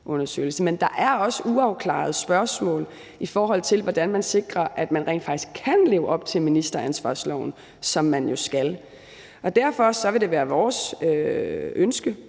kommission. Men der er også uafklarede spørgsmål, i forhold til hvordan det sikres, at man rent faktisk kan leve op til ministeransvarsloven, som man jo skal. Derfor vil det være vores ønske